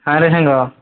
ହଁ ରେ ସାଙ୍ଗ